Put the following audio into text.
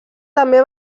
també